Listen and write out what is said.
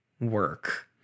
work